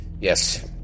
Yes